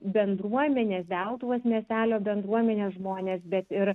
bendruomenės deltuvos miestelio bendruomenės žmonės bet ir